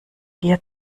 dir